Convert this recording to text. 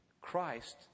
Christ